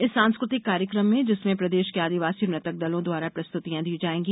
इस सांस्कृ तिक कार्यक्रम में जिसमें प्रदेश के आदिवासी नृतक दलों द्वारा प्रस्तुतियाँ दी जायेंगी